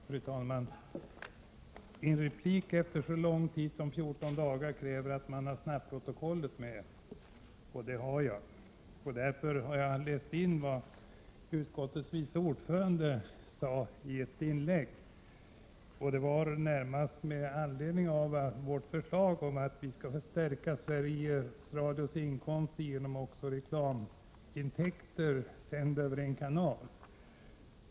Fru talman! En replik efter så lång tid som 14 dagar kräver att man har snabbprotokollet med sig, och det har jag. Jag har läst in vad utskottets vice ordförande Ing-Marie Hansson sade med anledning av vårt förslag om att förstärka Sveriges Radios intäkter med reklam sänd över en kanal.